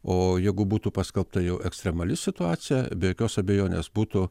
o jeigu būtų paskelbta jau ekstremali situacija be jokios abejonės būtų